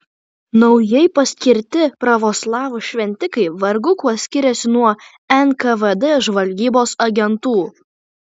naujai paskirti pravoslavų šventikai vargu kuo skiriasi nuo nkvd žvalgybos agentų